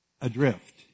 adrift